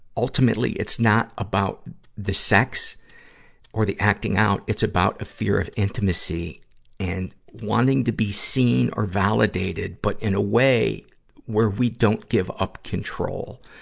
ultimately it's not about the sex or the acting out. it's about a fear of intimacy and wanting to be seen or validated, but in a way where we don't give up control.